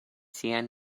siajn